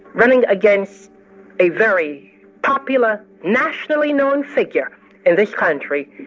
running against a very popular, nationally known figure in this country,